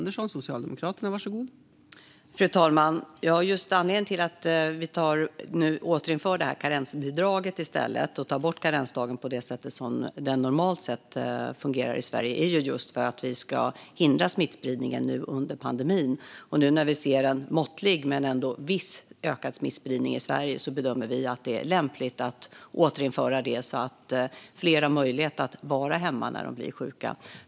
Fru talman! Anledningen till att vi nu återinför karensbidraget och tar bort karensdagen på det sätt som den normalt fungerar i Sverige är just att vi ska hindra smittspridningen under pandemin. Nu när vi ser en måttlig men ändå ökad smittspridning i Sverige bedömer vi att det är lämpligt att återinföra detta så att fler har möjlighet att vara hemma när de blir sjuka.